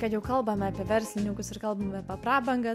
kad jau kalbame apie verslininkus ir kalbame apie prabangą